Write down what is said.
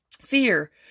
Fear